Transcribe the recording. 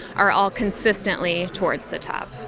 are all consistently towards the top.